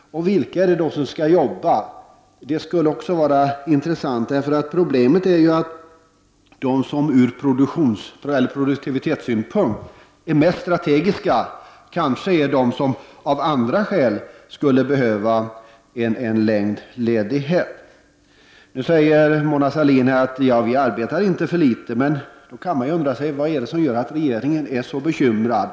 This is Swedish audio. Det låter litet konstigt. Vilka är det då som skall arbeta? Det vore intressant att få veta. De människor som arbetar i yrken som ur produktivitetssynpunkt är de mest strategiska är kanske de människor som av andra skäl skulle behöva längst ledighet. Nu säger Mona Sahlin att vi i detta land inte arbetar för litet. Vad är det då som gör att regeringen är så bekymrad?